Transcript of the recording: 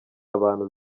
abantu